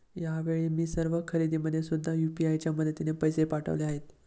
यावेळी मी सर्व खरेदीमध्ये सुद्धा यू.पी.आय च्या मदतीने पैसे पाठवले आहेत